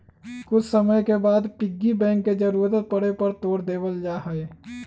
कुछ समय के बाद पिग्गी बैंक के जरूरत पड़े पर तोड देवल जाहई